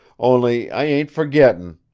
only i ain't forgettin'.